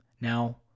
Now